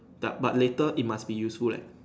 but but later it must be useful leh